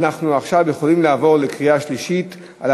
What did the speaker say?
אנחנו עכשיו יכולים לעבור לקריאה שלישית של